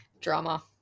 Drama